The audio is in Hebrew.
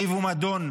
ריב ומדון,